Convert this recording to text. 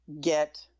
get